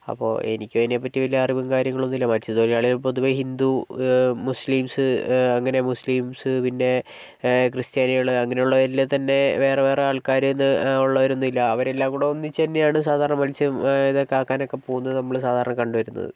അപ്പോൾ എനിക്കും അതിനെപ്പറ്റി വലിയ അറിവും കാര്യങ്ങളൊന്നുമില്ല മത്സ്യത്തൊഴിലാളികൾ പൊതുവേ ഹിന്ദു മുസ്ലിംസ് അങ്ങനെ മുസ്ലിംസ് പിന്നെ ക്രിസ്ത്യാനികൾ അങ്ങനെയുള്ള എല്ലാം തന്നെ വേറെ വേറെ ആൾക്കാരെന്ന് ഉള്ളവരൊന്നുമില്ല അവരെല്ലാം കൂടെ ഒന്നിച്ച് തന്നെയാണ് സാധാരണ മത്സ്യം ഇതൊക്കെ ആക്കാൻ ഒക്കെ പോവുന്നത് നമ്മൾ സാധാരണ കണ്ടുവരുന്നത്